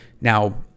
now